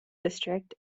district